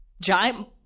giant